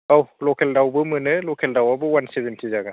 औ लकेल दाउबो मोनो लकेल दाउआबो वान सेभेन्टि जागोन